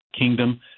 kingdom